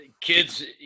kids